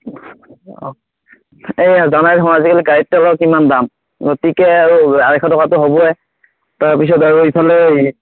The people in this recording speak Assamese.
এই তুমি জানাই নহয় আজিকালি গাড়ীত তেলৰ কিমান দাম গতিকে আৰু আঢ়ৈশ টকাটো হ'বই তাৰপিছত আৰু ইফালে